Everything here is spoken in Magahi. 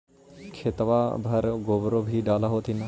खेतबा मर गोबरो भी डाल होथिन न?